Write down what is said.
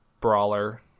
brawler